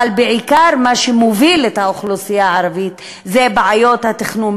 אבל בעיקר מה שמוביל את האוכלוסייה הערבית זה בעיות התכנון,